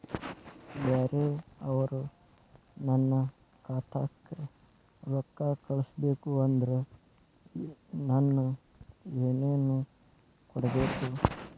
ಬ್ಯಾರೆ ಅವರು ನನ್ನ ಖಾತಾಕ್ಕ ರೊಕ್ಕಾ ಕಳಿಸಬೇಕು ಅಂದ್ರ ನನ್ನ ಏನೇನು ಕೊಡಬೇಕು?